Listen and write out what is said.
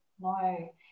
No